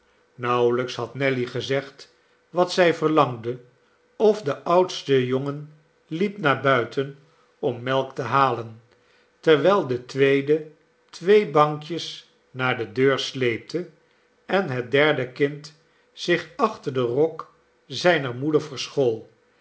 nauwelijks had nelly gezegd wat zij verlangde of de oudste jongen liep naar buiten om melk te halen terwijl de tweede twee bankjes naar de deur sleepte en het derde kind zich achter den rok zijner moeder verschool